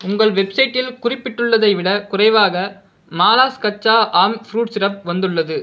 உங்கள் வெப்சைட்டில் குறிப்பிட்டுள்ளதை விடக் குறைவாக மாலாஸ் கச்சா ஆம் ஃப்ரூட் சிரப் வந்துள்ளது